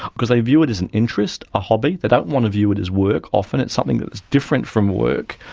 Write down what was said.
because they view it as an interest, a hobby, they don't want to view it as work often, it's something that's different from work,